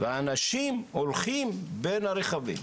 ואנשים הולכים בין הרכבים,